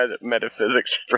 metaphysics